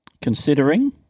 Considering